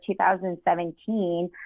2017